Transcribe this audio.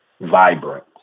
Vibrant